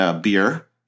beer